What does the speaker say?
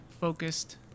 focused